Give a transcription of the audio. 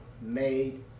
made